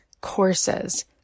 courses